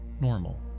Normal